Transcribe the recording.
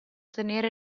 ottenere